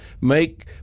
make